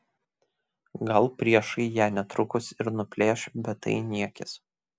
gal priešai ją netrukus ir nuplėš bet tai niekis